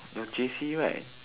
you are J_C right